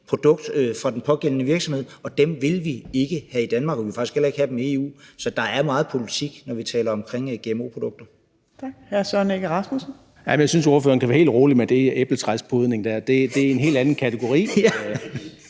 produkt fra den pågældende virksomhed. Dem vil vi ikke have i Danmark, og vi vil faktisk heller ikke have dem i EU. Så der er meget politik, når vi taler om gmo-produkter.